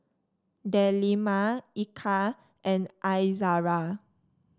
Delima Eka and Izara